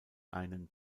einen